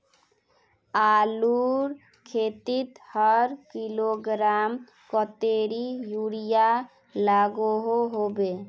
आलूर खेतीत हर किलोग्राम कतेरी यूरिया लागोहो होबे?